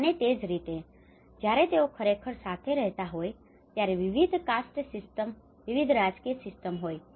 અને તે જ રીતે જ્યારે તેઓ ખરેખર સાથે રહેતા હોય ત્યારે વિવિધ કાસ્ટ સિસ્ટમ્સ વિવિધ રાજકીય સિસ્ટમો હોય છે